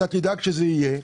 אתה תדאג שזה יהיה,